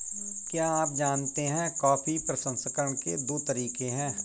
क्या आप जानते है कॉफी प्रसंस्करण के दो तरीके है?